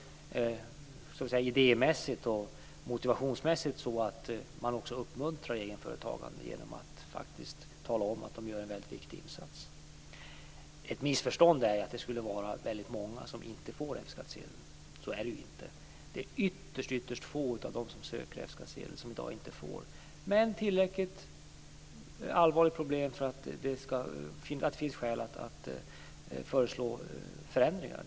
Idémässigt och motivationsmässigt behövs det uppmuntran till egenföretagare genom att man talar om att de gör en väldigt viktig insats. Ett missförstånd är att det skulle vara väldigt många som inte får F-skattsedel. Så är det ju inte. Det är ytterst få av dem som söker F-skattsedel som i dag inte får det, men det är ett tillräckligt allvarligt problem för att det skall finnas skäl att föreslå förändringar.